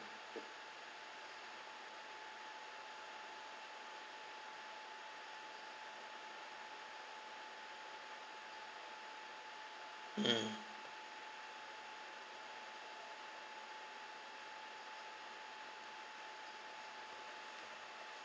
mm